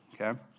okay